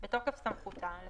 על